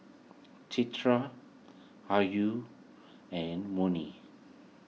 Citra Ayu and Murni